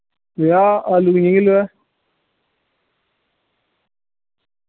भैया आलू किन्ने किल्लो ऐ